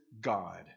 God